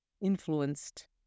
influenced